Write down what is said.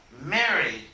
married